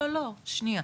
לא, לא, שנייה.